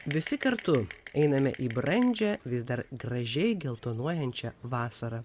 visi kartu einame į brandžią vis dar gražiai geltonuojančią vasarą